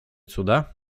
cuda